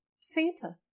Santa